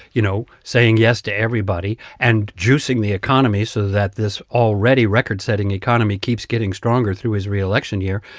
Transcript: you know, saying yes to everybody and juicing the economy so that this already record-setting economy keeps getting stronger through his reelection year,